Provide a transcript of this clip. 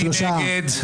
מי נגד?